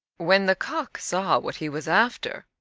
when the cock saw what he was after,